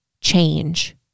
change